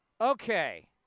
Okay